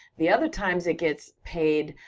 the other times it gets paid,